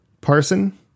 Parson